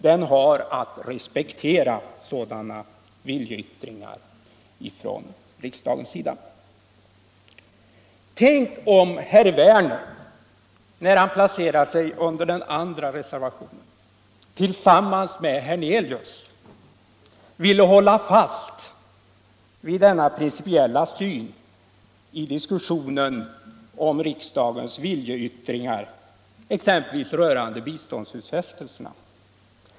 Den har att respektera sådana viljeyttringar från riksdagens sida. Tänk om herr Werner i Malmö när han placerar sig på den andra reservationen tillsammans med herr Hernelius ville hålla fast vid denna principiella syn i diskussionen om riksdagens viljeyttringar, exempelvis rörande biståndsutfästelserna.